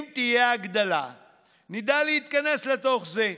אם תהיה הגדלה נדע להתכנס לתוך זה,